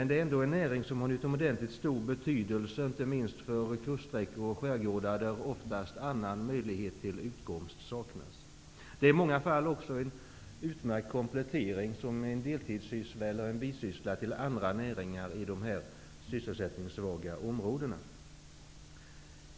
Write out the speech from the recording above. Det är ändå en näring som har utomordentligt stor betydelse inte minst för kuststräckor och skärgårdar där oftast annan möjlighet för utkomst saknas. Det är i många fall ofta en utmärkt komplettering som deltidssyssla eller bisyssla till andra näringar i dessa sysselsättningssvaga områden.